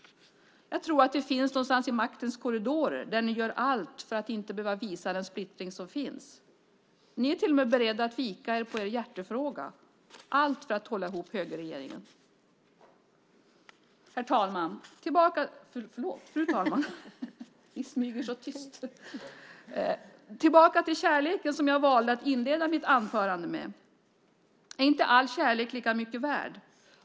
Jag tror att det finns någonstans i maktens korridorer, där ni gör allt för att inte behöva visa den splittring som finns. Ni är till och med beredda att vika er i er hjärtefråga - allt för att hålla ihop högerregeringen. Fru talman! Jag kommer tillbaka till kärleken, som jag valde att inleda mitt anförande med. Är inte all kärlek lika mycket värd?